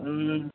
हुँ